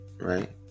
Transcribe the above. right